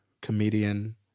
comedian